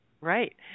Right